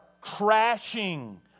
crashing